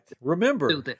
Remember